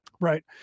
Right